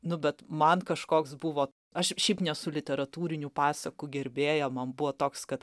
nu bet man kažkoks buvo aš šiaip nesu literatūrinių pasakų gerbėja man buvo toks kad